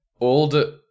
old